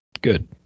good